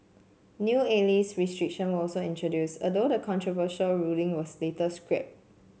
new ageist restriction were also introduced although the controversial ruling was later scrapped